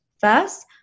first